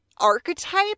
archetype